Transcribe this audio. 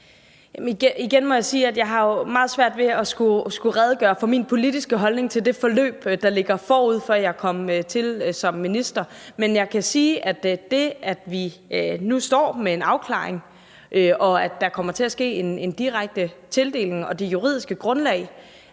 jo har meget svært ved at skulle redegøre for min politiske holdning til det forløb, der ligger forud for, at jeg kom til som minister. Men jeg kan sige, at det, at vi nu står med en afklaring – at der kommer til at ske en direkte tildeling, og at det juridiske grundlag